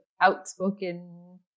outspoken